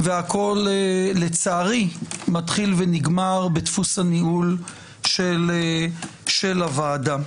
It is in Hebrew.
והכול לצערי, מתחיל ונגמר בדפוס הניהול של הוועדה.